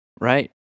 Right